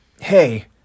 hey